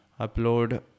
upload